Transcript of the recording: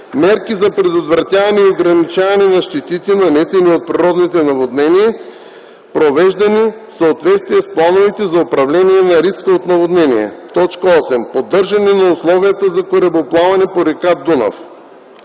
мерки за предотвратяване и ограничаване на щетите, нанесени от природните наводнения, провеждани в съответствие с плановете за управление на риска от наводнения; 8. поддържане на условията за корабоплаване по река Дунав.”